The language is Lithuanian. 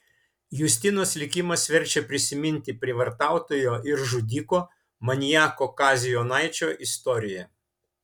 justinos likimas verčia prisiminti prievartautojo ir žudiko maniako kazio jonaičio istoriją